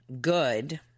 good